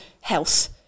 health